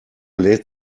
lädt